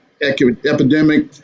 epidemic